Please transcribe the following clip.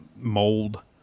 mold